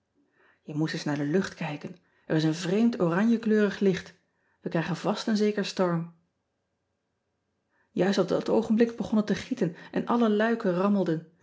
e moest eens naar de lucht kijken r is een vreemd oranjekleurig licht e krijgen vast en zeker storm uist op dat oogenblik begon het te gieten en alle luiken rammelden